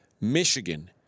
Michigan